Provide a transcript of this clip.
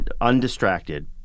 undistracted